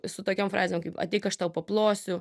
su tokiom frazėm kaip ateik aš tau paplosiu